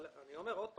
אני אומר עוד פעם,